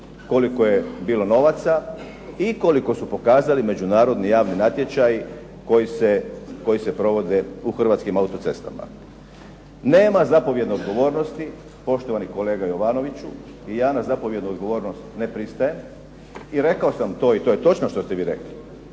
koliko je bilo novaca, i koliko su pokazali međunarodni javni natječaji koji se provode u Hrvatskim autocestama. Nema zapovjedne odgovornosti, poštovani kolega Jovanoviću, i ja na zapovjednu odgovornost ne pristajem. I rekao sam to, i to je točno što ste vi rekli,